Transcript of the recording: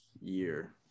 year